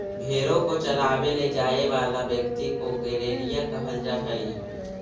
भेंड़ों को चरावे ले जाए वाला व्यक्ति को गड़ेरिया कहल जा हई